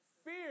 fear